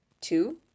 two